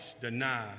deny